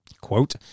Quote